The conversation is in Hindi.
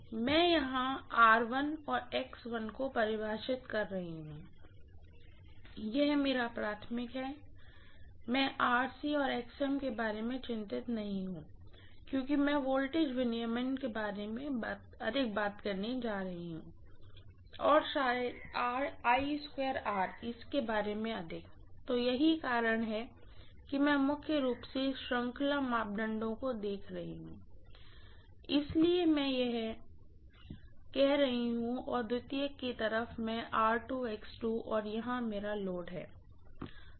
इसलिए मैं यहां को परिभाषित कर रही हूँ और यह मेरा प्राइमरी है मैं और के बारे में चिंतित नहीं हूं क्योंकि मैं वोल्टेज रेगुलेशन के बारे में अधिक बात करने जा रही हूं और शायद इसके बारे में अधिक तो यही कारण है कि मैं मुख्य रूप से श्रृंखला मापदंडों को देख रही हूँ इसलिए मैं यह कर रही हूँ और सेकेंडरी की तरफ मैं और यहां मेरा लोड है